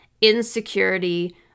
insecurity